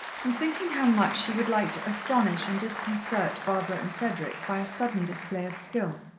and thinking how much she would like to astonish and disconcert barbara and cedric by a sudden display of skill.